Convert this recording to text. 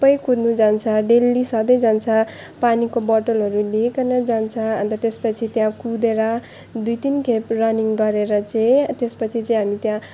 कुद्नु जान्छ डेली सधैँ जान्छ पानीको बोतलहरू लिइकन जान्छ अन्त त्यसपछि त्यहाँ कुदेर दुई तिनखेप रनिङ गरेर चाहिँ त्यसपछि चाहिँ हामी त्यहाँ